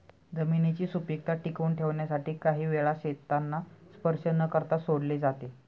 जमिनीची सुपीकता टिकवून ठेवण्यासाठी काही वेळा शेतांना स्पर्श न करता सोडले जाते